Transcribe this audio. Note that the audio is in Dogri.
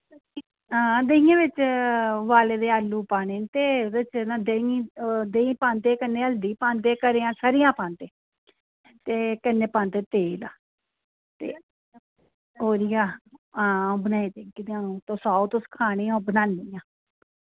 हां देहियें बिच्च उबाले दे आलू पाने ते ओह्दे च ना देहीं देहीं पांदे कन्नै हल्दी पांदे कन्नै सरे'आं पांदे ते कन्नै पांदे तेल ते ओरिआ हां बनाई देगी ते अ'ऊं तुस आओ तुस खानी अ'ऊं बनानी आं